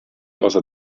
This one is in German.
außer